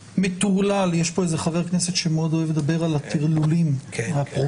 מטורלל יש פה איזה חבר כנסת שמאוד אוהב לדבר על הטרלולים הפרוגרסיביים